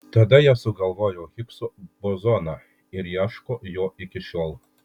tada jie sugalvojo higso bozoną ir ieško jo iki šiol